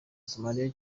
somalia